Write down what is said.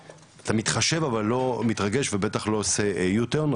מתחשב אבל לא מתרגש ובטח לא עושה יו-טרן.